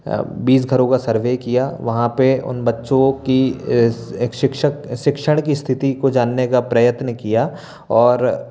बीस घरों का सर्वे किया वहाँ पे उन बच्चों की एक शिक्षक शिक्षण की स्थिति को जानने का प्रयत्न किया और